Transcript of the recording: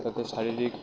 যাতে শারীরিক